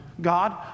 God